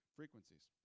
frequencies